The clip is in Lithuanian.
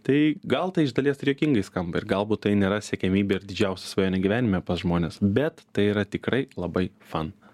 tai gal tai iš dalies ir juokingai skamba ir galbūt tai nėra siekiamybė ir didžiausia svajonė gyvenime pas žmones bet tai yra tikrai labai fan